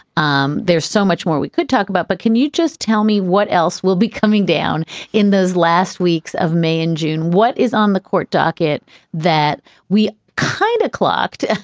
um there's so much more we could talk about. but can you just tell me what else will be coming down in those last weeks of may and june? what is on the court docket that we kind of clerked?